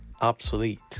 obsolete